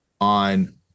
on